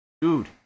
Dude